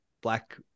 black